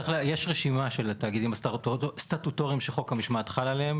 יש רשימה של תאגידים סטטוטוריים שחוק המשמעת חל עליהם,